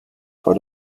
vor